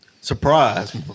Surprise